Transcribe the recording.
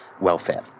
welfare